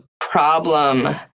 problem